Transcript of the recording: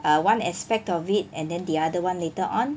uh one aspect of it and then the other [one] later on